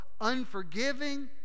unforgiving